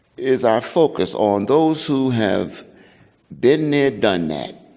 is our focus on those who have been there, done that.